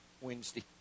Wednesday